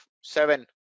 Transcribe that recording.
seven